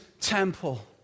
temple